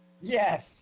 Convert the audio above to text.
Yes